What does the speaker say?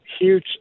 huge